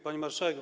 Pani Marszałek!